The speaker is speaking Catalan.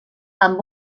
amb